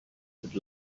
would